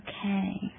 Okay